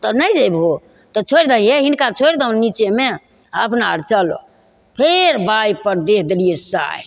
तऽ नहि जएबहो तऽ छोड़ि दहो हे हिनका छोड़ि दहो निच्चेमे आओर अपना आओर चलऽ फेर बाइपर दै देलिए साहि